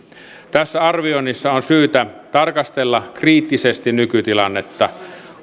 tässä arvioinnissa on syytä tarkastella kriittisesti nykytilannetta